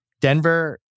Denver